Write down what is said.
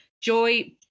Joy